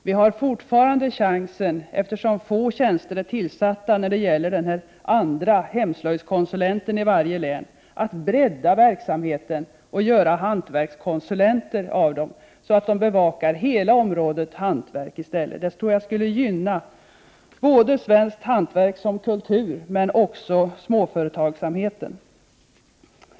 Vi har fortfarande chansen, eftersom få tjänster är tillsatta när det gäller den här andra hemslöjdskonsulenten i varje län, att bredda verksamheten och göra hantverkskonsulenter av hemslöjdskonsulenterna så, att de i stället bevakar hela området hantverk. Det skulle gynna svenskt hantverk som kultur, och även småföretagsamheten.